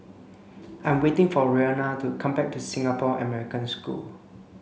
I'm waiting for Roena to come back to Singapore American School